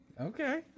okay